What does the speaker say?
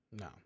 no